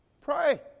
Pray